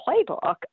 playbook